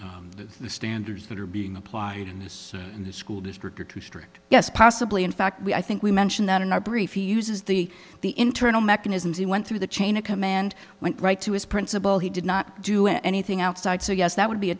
said the standards that are being applied in this in the school district are too strict yes possibly in fact we i think we mentioned that in our brief he uses the the internal mechanisms he went through the chain of command went right to his principal he did not do anything outside so yes that would be a